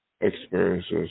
experiences